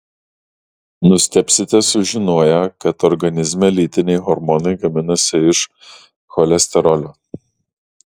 nustebsite sužinoję kad organizme lytiniai hormonai gaminasi iš cholesterolio